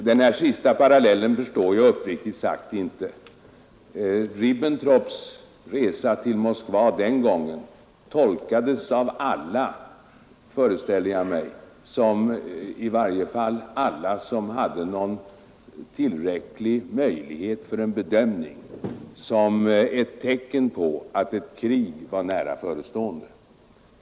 Herr talman! Den senaste parallellen förstår jag uppriktigt sagt inte. Ribbentrops resa till Moskva den gången tolkades — föreställer jag mig — av alla som hade någon möjlighet till bedömning som ett tecken på att ett krig var nära förestående.